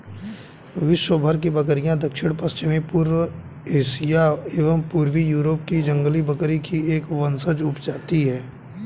विश्वभर की बकरियाँ दक्षिण पश्चिमी एशिया व पूर्वी यूरोप की जंगली बकरी की एक वंशज उपजाति है